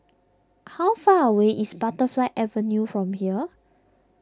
how far away is Butterfly Avenue from here